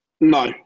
No